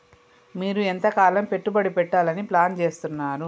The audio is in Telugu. మీరు ఎంతకాలం పెట్టుబడి పెట్టాలని ప్లాన్ చేస్తున్నారు?